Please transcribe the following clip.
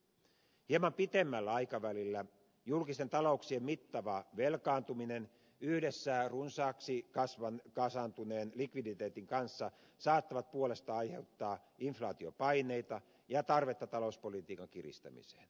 hieman pitemmällä aikavälillä julkisten talouksien mittava velkaantuminen yhdessä runsaaksi kasaantuneen likviditeetin kanssa saattavat puolestaan aiheuttaa inflaatiopaineita ja tarvetta talouspolitiikan kiristämiseen